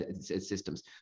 systems